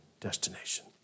destination